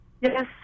Yes